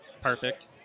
perfect